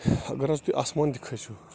اگر حظ تُہۍ آسمان تہِ کٔھسِو